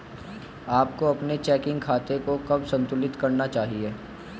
आपको अपने चेकिंग खाते को कब संतुलित करना चाहिए?